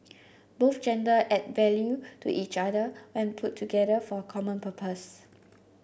both gender add value to each other when put together for a common purpose